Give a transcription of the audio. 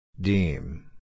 Deem